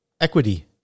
Equity